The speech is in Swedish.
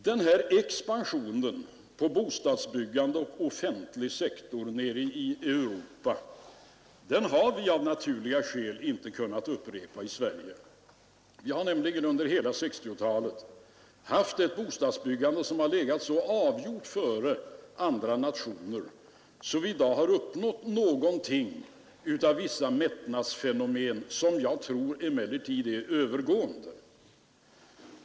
Den här expansionen i fråga om bostadsbyggande och på den offentliga sektorn nere i Europa har vi av naturliga skäl inte kunnat upprepa i Sverige. Vi har nämligen under hela 1960-talet haft ett bostadsbyggande, som har legat så avgjort före andra nationer att vi har uppnått någonting av vissa mättnadsfenomen, som jag emellertid tror är övergående.